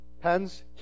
Pens